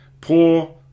poor